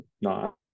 No